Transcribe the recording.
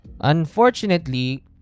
Unfortunately